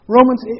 Romans